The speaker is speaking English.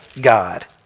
God